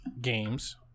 games